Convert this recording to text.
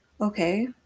okay